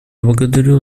благодарю